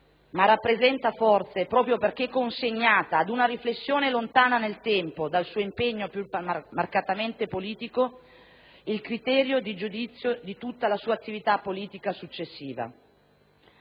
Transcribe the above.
ma rappresenta forse, proprio perché consegnata ad una riflessione lontana nel tempo dal suo impegno più marcatamente politico, il criterio di giudizio di tutta la sua attività politica successiva.